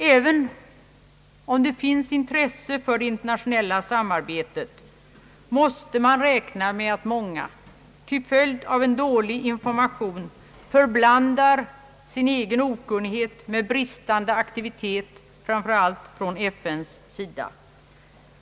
Även om det finns intresse för det internationella samarbetet måste man räkna med att många, till följd av en dålig information, förblandar sin egen okunnighet med bristande aktivitet framför allt från FN:s sida.